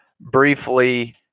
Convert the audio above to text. briefly